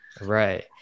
Right